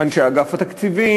אנשי אגף התקציבים,